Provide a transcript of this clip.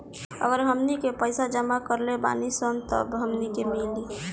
अगर हमनी के पइसा जमा करले बानी सन तब हमनी के मिली